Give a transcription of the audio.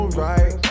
right